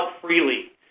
freely